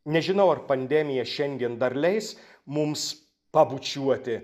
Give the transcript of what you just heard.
nežinau ar pandemija šiandien dar leis mums pabučiuoti